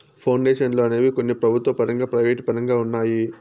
పౌండేషన్లు అనేవి కొన్ని ప్రభుత్వ పరంగా ప్రైవేటు పరంగా ఉన్నాయి